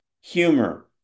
Humor